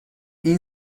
این